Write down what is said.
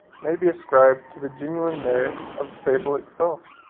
may be ascribed to the genuine merit of the fable itself.